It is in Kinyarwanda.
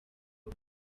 uko